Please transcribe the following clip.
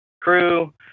crew